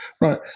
Right